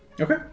Okay